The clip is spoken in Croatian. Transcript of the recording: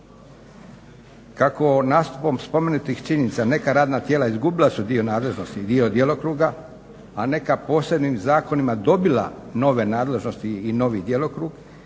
Kako nastupom spomenutih činjenica neka radna tijela izgubila su dio nadležnosti i dio djelokruga, a neka posebnim zakonima dobila nove nadležnosti i novi djelokrug